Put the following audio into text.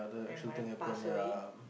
when my mother pass away